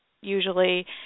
Usually